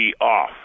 off